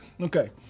Okay